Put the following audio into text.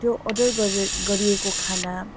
त्यो अर्डर गरे गरिएको खाना